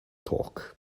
talk